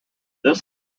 this